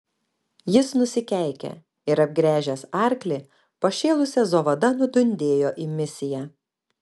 jis nusikeikė ir apgręžęs arklį pašėlusia zovada nudundėjo į misiją